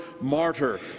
martyr